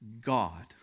God